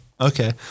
Okay